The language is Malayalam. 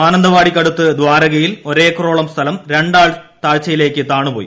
മാനന്തവാടിക്കട്ടുത്ത് ദ്വാരകയിൽ ഒരേക്കറോളം സ്ഥലം രണ്ടാൾ താഴ്ചയിലേക്ക് താണു പോയി